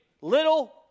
little